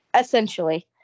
Essentially